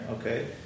Okay